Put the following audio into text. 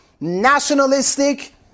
nationalistic